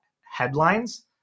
headlines